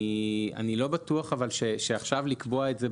אני לא בטוח שאפשר עכשיו לקבוע את זה,